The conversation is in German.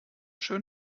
schön